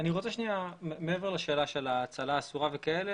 מעבר לשאלה של האצלה אסורה,